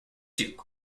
duke